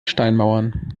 steinmauern